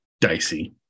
dicey